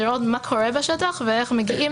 לראות מה קורה בשטח ואיך מגיעים